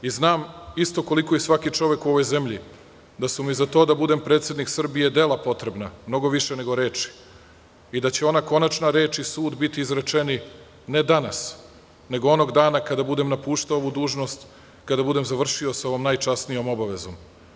Znam, isto koliko i svaki čovek u ovoj zemlji, da su mi za to da budem predsednik Srbije dela potrebna, mnogo više nego reči i da će ona konačna reč i sud biti izrečeni ne danas, nego onog dana kada budem napuštao ovu dužnost, kada budem završio sa ovom najčasnijom obavezom.